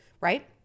right